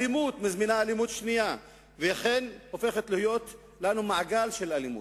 אלימות מזמינה אלימות שנייה והופכת להיות מעגל של אלימות.